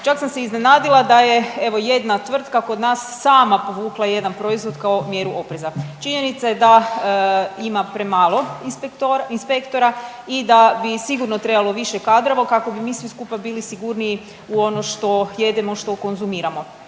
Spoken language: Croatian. Čak sam se iznenadila da je evo jedna tvrtka kod nas sama povukla jedan proizvod kao mjeru opreza. Činjenica je da ima premalo inspektora i da bi sigurno trebalo više kadrova kako bi mi svi skupa bili sigurniji u ono što jedemo, što konzumiramo.